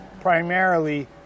primarily